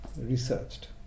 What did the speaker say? researched